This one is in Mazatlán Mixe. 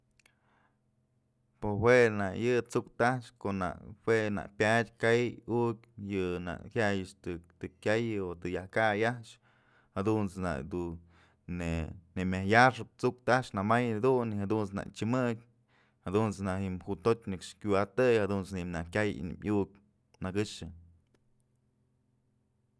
Pues jue nak yë tsu'uktë a'ax ko'o nak jue nak pyadë ka'ay ukyë yë nak jaya'ay a'ax dun të kyayëbë ko'o të yaj kay a'ax jadunt's nak dun nëmëjyaxëp tsu'uktë a'ax namay dun y jadunt's nak chëmëk, jadunt's nak ji'ib jutotyë nëkx kuwa'atëy jadunt's nak dun ji'im kyay ji'im iukë nëkëxë.